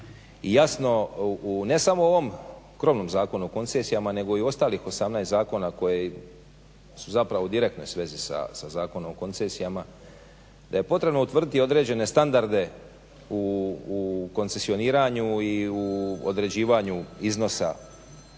i jasno u ne samo u ovom krovnom Zakonu o koncesijama nego i ostalih 18 zakona koji su zapravo u direktnoj svezi sa Zakonom o koncesijama. Da je potrebno utvrdili određene standarde u koncesioniranju i u određivanju iznosa